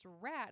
rat